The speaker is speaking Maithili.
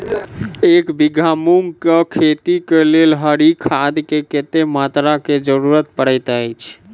एक बीघा मूंग केँ खेती केँ लेल हरी खाद केँ कत्ते मात्रा केँ जरूरत पड़तै अछि?